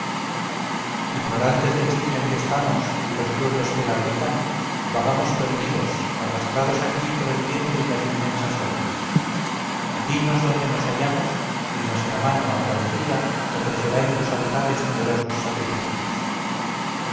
ignorantes del sitio en que estamos y de los pueblos que la habitan vagamos perdidos arrastrados aquí por el viento y las inmensas olas dinos dónde nos hallamos y nuestra mano agradecida ofrecerá en tus altares numerosos sacrificios